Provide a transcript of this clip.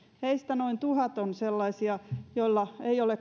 heistä noin tuhat on sellaisia joilla ei ole